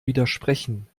widersprechen